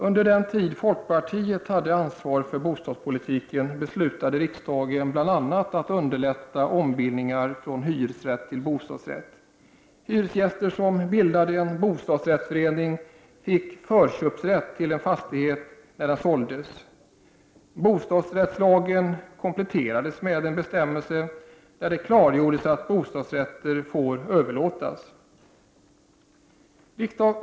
Under den tid folkpartiet hade ansvar för bostadspolitiken beslutade riks | dagen bl.a. att underlätta ombildningar från hyresrätt till bostadsrätt. Hyres ; gäster som bildade en bostadsrättsförening fick förköpsrätt till en fastighet | när den såldes. Bostadsrättslagen kompletterades med en bestämmelse där ; det klargjordes att bostadsrätter får överlåtas.